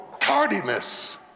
tardiness